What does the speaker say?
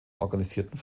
organisierten